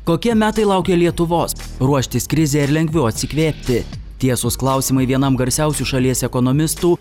kokie metai laukia lietuvos ruoštis krizei ar lengviau atsikvėpti tiesūs klausimai vienam garsiausių šalies ekonomistų